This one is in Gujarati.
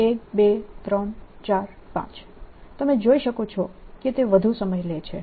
1 2 3 4 5 તમે જોઈ શકો છો કે તે વધુ સમય લે છે